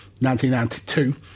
1992